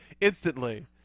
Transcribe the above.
Instantly